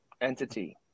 entity